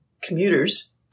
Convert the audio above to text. commuters